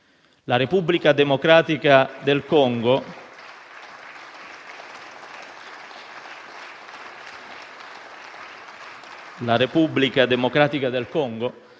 La Repubblica Democratica del Congo